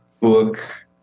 book